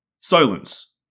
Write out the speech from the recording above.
Silence